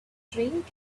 drink